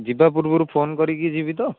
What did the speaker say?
ଯିବା ପୂର୍ବରୁ ଫୋନ୍ କରିକି ଯିବି ତ